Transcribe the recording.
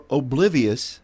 oblivious